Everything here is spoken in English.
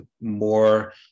more